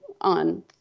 on